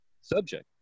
subject